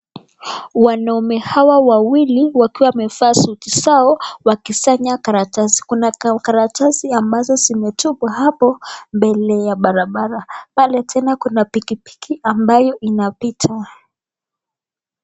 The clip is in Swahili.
Wanaume hawa wawili wakiwa wamevaa suti zao wakisanya karatasi ambazo zimetupwa hapo mbele ya barabara. Pale tena kuna pikipiki ambao inapita.